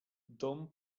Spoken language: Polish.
dom